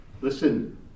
listen